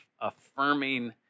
affirming